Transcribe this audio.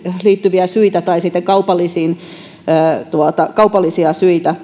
liittyviä syitä tai kaupallisia kaupallisia syitä